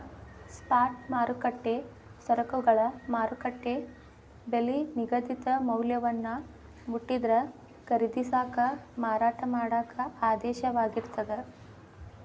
spot ಮಾರುಕಟ್ಟೆ ಸರಕುಗಳ ಮಾರುಕಟ್ಟೆ ಬೆಲಿ ನಿಗದಿತ ಮೌಲ್ಯವನ್ನ ಮುಟ್ಟಿದ್ರ ಖರೇದಿಸಾಕ ಮಾರಾಟ ಮಾಡಾಕ ಆದೇಶವಾಗಿರ್ತದ